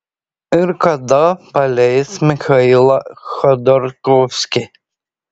ir kada paleis michailą chodorkovskį